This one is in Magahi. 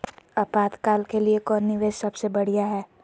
आपातकाल के लिए कौन निवेस सबसे बढ़िया है?